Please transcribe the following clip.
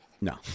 No